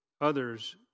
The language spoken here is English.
Others